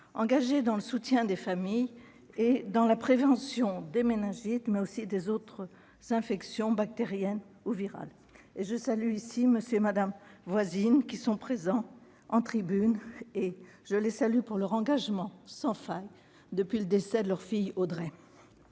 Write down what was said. engagée dans le soutien aux familles et dans la prévention des méningites, mais aussi des autres infections bactériennes ou virales. Je salue M. et Mme Voisine, qui sont présents dans la tribune, pour leur engagement sans faille depuis le décès de leur fille Audrey.